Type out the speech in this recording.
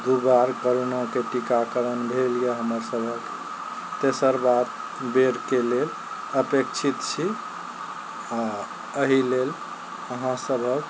दू बार करोनाके टीकाकरण भेल यऽ हमर सबहक तेसर बात बेरके लेल अपेक्षित छी आओर एहि लेल अहाँ सभक